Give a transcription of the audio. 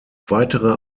weitere